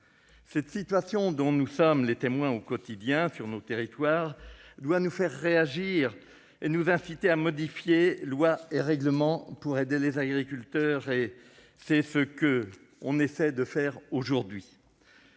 Cette situation, dont nous sommes les témoins au quotidien sur nos territoires, doit nous faire réagir et nous inciter à modifier lois et règlements pour aider les agriculteurs. C'est ce que nous essayons de faire aujourd'hui.